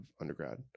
undergrad